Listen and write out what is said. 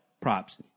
props